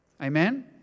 Amen